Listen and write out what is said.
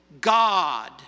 God